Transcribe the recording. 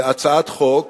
הצעת חוק